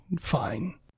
fine